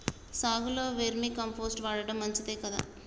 సాగులో vermicompost వాడటం మంచిదే కదా?